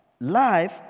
life